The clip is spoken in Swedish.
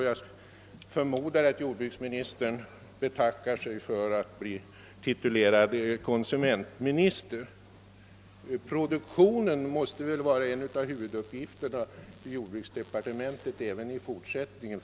Jag förmodar att jordbruksministern betackar sig för att bli titulerad konsumentminister. Att främja produktionen måste väl vara en av huvuduppgifterna för jordbruksdepartementet även i fortsättningen.